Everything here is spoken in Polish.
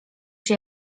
się